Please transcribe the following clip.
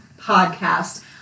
podcast